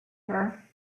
her